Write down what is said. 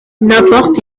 n’importe